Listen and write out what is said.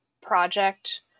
project